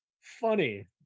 funny